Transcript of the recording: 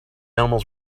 animals